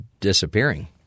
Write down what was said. disappearing